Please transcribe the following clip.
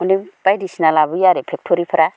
अनेक बायदिसिना लाबोयो आरो फेक्ट'रिफोरा